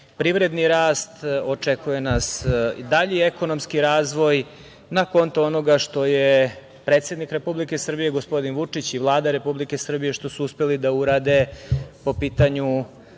privredni rast, očekuje nas dalji ekonomski razvoj na konto onoga što je predsednik Republike Srbije, gospodin Vučić i Vlada Republike Srbije, što su uspeli da urade po pitanju